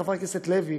חבר הכנסת לוי,